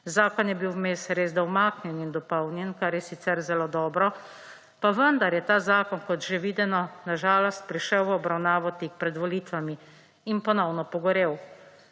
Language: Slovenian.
Zakon je bil vmes resda umaknjen in dopolnjen, kar je sicer zelo dobro, pa vendar je ta zakon, kot že videno, na žalost prišel v obravnavo tik pred volitvami in ponovno pogorel.